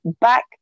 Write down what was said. back